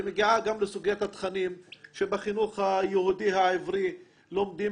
היא מגיעה גם לסוגיית התכנים שבחינוך היהודי העברי לומדים